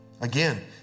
again